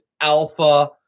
alpha